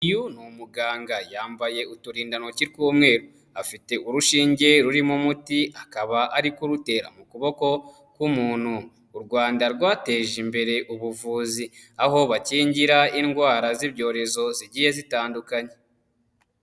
Uyu ni umuganga yambaye uturindantoki tw'umweru, afite urushinge rurimo umuti akaba ari kurutera mu kuboko k'umuntu. U Rwanda rwateje imbere ubuvuzi aho bakingira indwara z'ibyorezo zigiye zitandukanye.